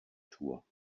tour